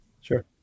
Sure